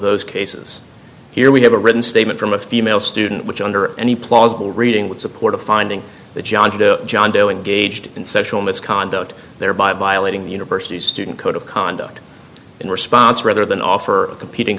those cases here we have a written statement from a female student which under any plausible reading would support a finding that john doe engaged in sexual misconduct thereby violating the university student code of conduct in response rather than offer a competing